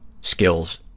skills